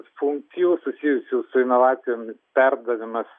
funkcijų susijusių su inovacijomis perdavimas